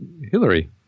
Hillary